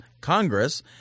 Congress